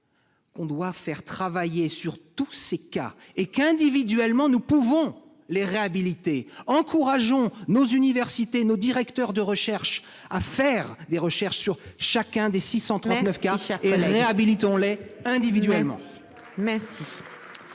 Qu'on doit faire travailler sur tous ces cas et qu'individuellement, nous pouvons les réhabiliter encourageons nos universités nos directeur de recherches à faire des recherches sur chacun des 639 cas fair-play réhabilitons individuellement.